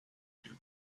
you